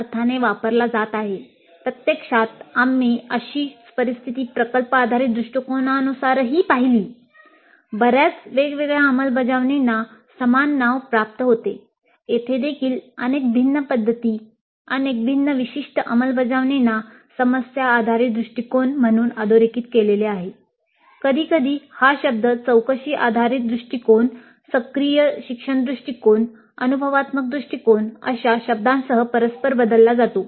'समस्या आधारित दृष्टीकोन' सक्रिय शिक्षण दृष्टिकोन अनुभवात्मक दृष्टिकोन अशा शब्दांसह परस्पर बदलला जातो